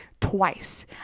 Twice